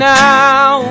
now